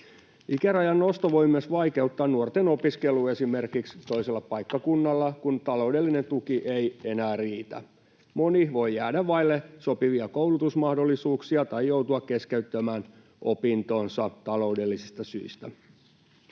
Ikärajan nosto voi myös vaikeuttaa nuorten opiskelua esimerkiksi toisella paikkakunnalla, kun taloudellinen tuki ei enää riitä. Moni voi jäädä vaille sopivia koulutusmahdollisuuksia tai joutua keskeyttämään opintonsa taloudellisista syistä.